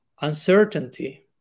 uncertainty